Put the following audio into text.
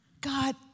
God